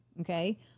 okay